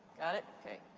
got it? okay.